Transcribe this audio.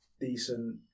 decent